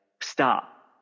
stop